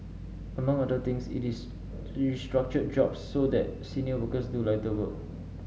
among other things it is restructured jobs so that senior workers do lighter work